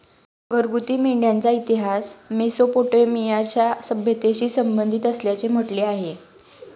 घरगुती मेंढ्यांचा इतिहास मेसोपोटेमियाच्या सभ्यतेशी संबंधित असल्याचे म्हटले जाते